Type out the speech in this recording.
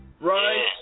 right